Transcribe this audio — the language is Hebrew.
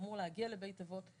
אמור להגיע לבית אבות,